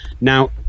Now